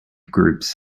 groups